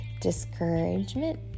Discouragement